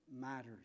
matters